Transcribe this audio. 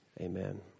Amen